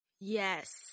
yes